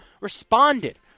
responded